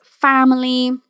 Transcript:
family